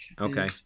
Okay